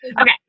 Okay